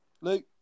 Luke